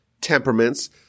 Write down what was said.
temperaments